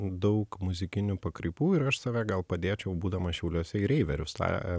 daug muzikinių pakraipų ir aš save gal padėčiau būdamas šiauliuose į reiverius tą